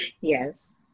Yes